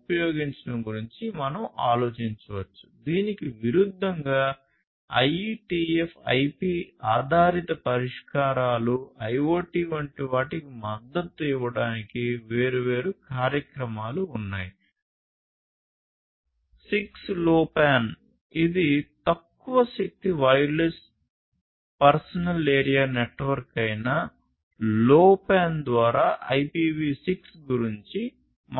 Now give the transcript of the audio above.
ద్వారా IPv6 గురించి మాట్లాడుతుంది